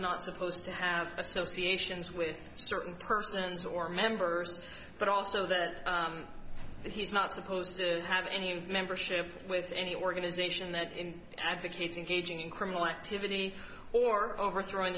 not supposed to have associations with certain persons or members but also that he's not supposed to have any membership with any organization that in advocates engaging in criminal activity or overthrowing